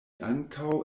ankaŭ